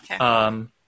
Okay